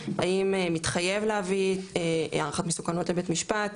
האם מתחייב להביא הערכת מסוכנות לבית משפט,